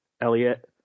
Elliot